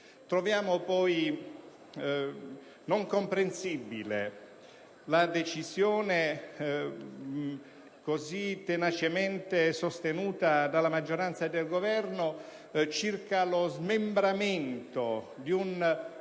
Troviamo poi non comprensibile la decisione così tenacemente sostenuta dalla maggioranza e dal Governo circa lo smantellamento di un